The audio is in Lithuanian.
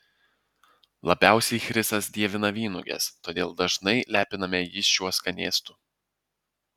labiausiai chrisas dievina vynuoges todėl dažnai lepiname jį šiuo skanėstu